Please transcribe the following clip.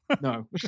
No